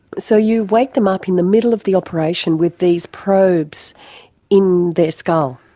so you wake them up in the middle of the operation with these probes in their skull?